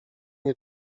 nie